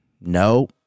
No